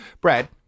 Brad